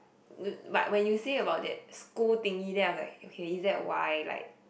look but when you say about that school thingy then I was like is that why like